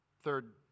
third